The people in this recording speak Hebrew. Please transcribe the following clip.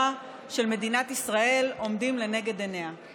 של מדינת ישראל עומדים לנגד עיניה.